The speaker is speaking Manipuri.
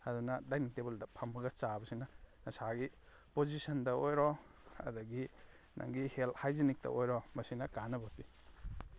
ꯑꯗꯨꯅ ꯗꯥꯏꯅꯤꯡ ꯇꯦꯕꯜꯗ ꯐꯝꯃꯒ ꯆꯥꯕꯁꯤꯅ ꯅꯁꯥꯒꯤ ꯄꯣꯖꯤꯁꯟꯗ ꯑꯣꯏꯔꯣ ꯑꯗꯨꯗꯒꯤ ꯅꯪꯒꯤ ꯍꯦꯜꯠ ꯍꯥꯏꯖꯤꯅꯤꯛꯇ ꯑꯣꯏꯔꯣ ꯃꯁꯤꯅ ꯀꯥꯟꯅꯕ ꯄꯤ